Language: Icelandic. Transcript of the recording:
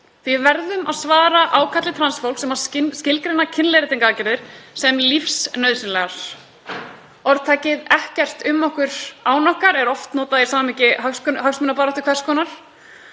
Við verðum að svara ákalli trans fólks sem skilgreinir kynleiðréttingaraðgerðir sem lífsnauðsynlegar. Orðtakið „ekkert um okkur án okkar“ er oft notað í samhengi hagsmunabaráttu hvers konar.